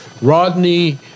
Rodney